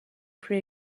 pre